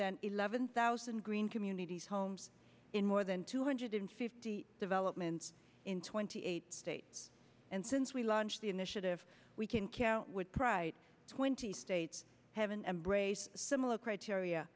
than eleven thousand green communities homes in more than two hundred fifty developments in twenty eight states and since we launched the initiative we can count with pride twenty states haven't embraced similar criteria